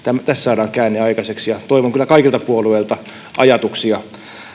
tässä saadaan käänne aikaiseksi toivon kyllä kaikilta puolueilta ajatuksia